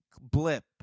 blip